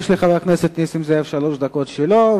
יש לחבר הכנסת נסים זאב שלוש דקות שלו,